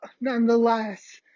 nonetheless